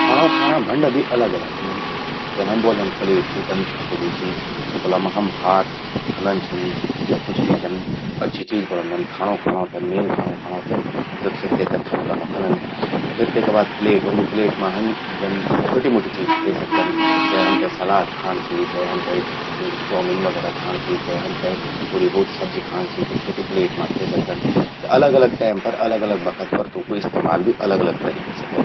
खाणों खाणां भंडा भी अलग अलग व्हंदन। जन हम ब्वोलदन कि प्लेट चि, जन थकुलु चि। थकुला मां हम भात खंदन छिन। या कुछ भी जन अच्छी चीज बणौंदन खाणों खाणों ते, मेन खाणों खाणों ते। त सि तेते थकुला मां खंदन। फिर तेका बाद प्लेट व्हंद, प्लेट मां हम छ्वोटि-म्वोटि चीज खे सकदन। चै हमते सलाद खाण चि, चै हमते चाउमिन वगैरह खाण चि, चै हमते थोड़ी भोत सब्जी खाण चि, त छ्वोटि प्लेट मां खे सकदन। त अलग अलग टैम पर, अलग अलग बखत पर तूंकु इस्तेमाल भि अलग अलग तरिका से व्हंद।